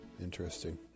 Interesting